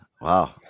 Wow